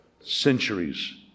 Centuries